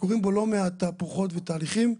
שקורים בו לא מעט תהפוכות ותהליכים.